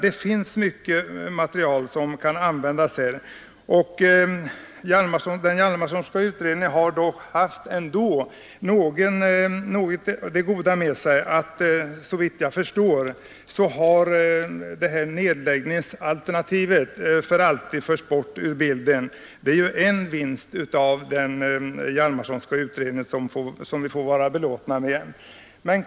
Det finns mycket material som kan användas. Den Hjalmarsonska utredningen har i alla fall, såvitt jag förstår, haft det goda med sig att nedläggningsalternativet för alltid förts ut ur bilden. Det är en vinst som vi får vara belåtna med.